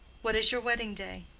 what is your wedding-day?